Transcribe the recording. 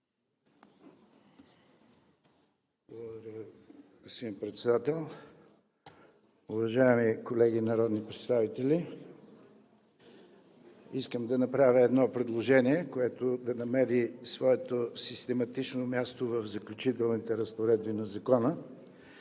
Благодаря, господин Председател. Уважаеми колеги народни представители! Искам да направя едно предложение, което не намери своето систематично място в Заключителните разпоредби на Закона,